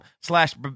slash